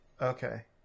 Okay